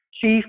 Chief